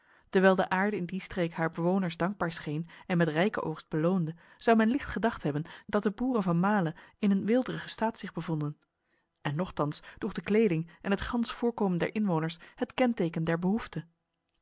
dewijl de aarde in die streek haar bewoners dankbaar scheen en met rijke oogst beloonde zou men licht gedacht hebben dat de boeren van male in een weeldrige staat zich bevonden en nochtans droeg de kleding en het gans voorkomen der inwoners het kenteken der behoefte